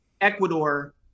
Ecuador